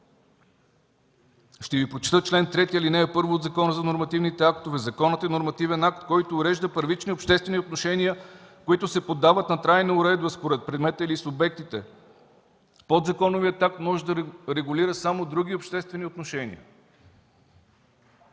Ще Ви прочета чл. 3, ал. 1 от Закона за нормативните актове: законът е нормативен акт, който урежда първични обществени отношения, които се поддават на трайна уредба според предмета или субектите. Подзаконовият акт може да регулира само други обществени отношения.